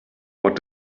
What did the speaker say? what